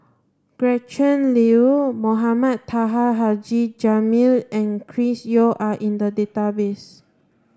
Gretchen Liu Mohamed Taha Haji Jamil and Chris Yeo are in the database